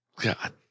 God